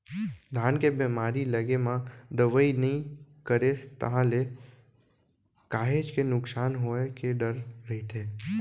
धान के बेमारी लगे म दवई नइ करेस ताहले काहेच के नुकसान होय के डर रहिथे